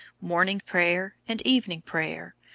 morning prayer and evening prayer,